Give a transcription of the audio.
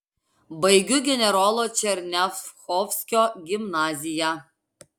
baigiu generolo černiachovskio gimnaziją